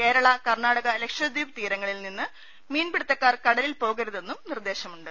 കേരള കർണ്ണാടക ലക്ഷദ്വീപ് തീരങ്ങളിൽനിന്ന് മീൻപിടുത്തക്കാർ കട ലിൽ പോകരുതെന്നും നിർദ്ദേശമുണ്ട്